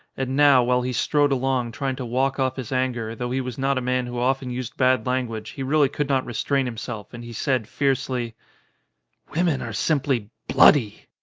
and now while he strode along, trying to walk off his anger, though he was not a man who often used bad language he really could not restrain himself, and he said fiercely women are simply bloody.